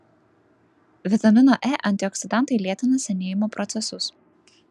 vitamino e antioksidantai lėtina senėjimo procesus